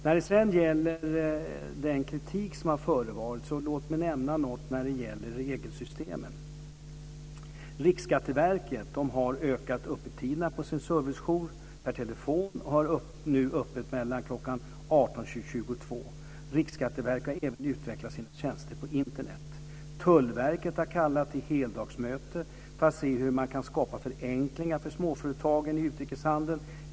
När det gäller den kritik som har förevarit vill jag nämna något om regelsystemet. Riksskatteverket har ökat öppettiderna på sin servicejour per telefon och har nu öppet mellan kl. 18 och 22. Riksskatteverket har även utvecklat sina tjänster på Internet. Tullverket har kallat till heldagsmöte för att se hur man kan skapa förenklingar för småföretagen i utrikeshandeln.